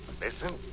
Listen